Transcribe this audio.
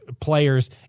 players